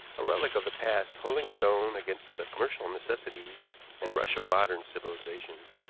a relic of the past holding its own against the commercial necessities and rush of modern civilization.